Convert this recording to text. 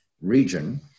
region